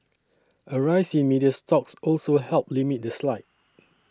a rise in media stocks also helped limit the slide